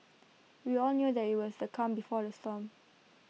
we all knew that IT was the calm before the storm